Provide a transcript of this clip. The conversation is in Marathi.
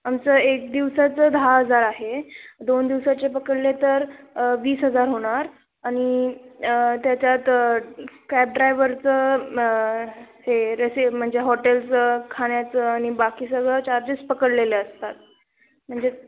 आमचं एक दिवसाचं दहा हजार आहे दोन दिवसाचे पकडले तर वीस हजार होणार आणि त्याच्यात कॅब ड्रायव्हरचं हे रेसि म्हणजे हॉटेलचं खाण्याचं आणि बाकी सगळं चार्जेस पकडलेले असतात म्हणजे